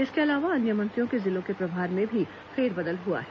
इसके अलावा अन्य मंत्रियों के जिलों के प्रभार में भी फेरबदल हुआ है